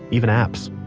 even apps!